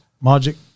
magic